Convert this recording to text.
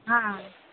हँ